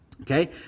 Okay